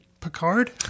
Picard